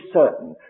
certain